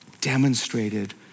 demonstrated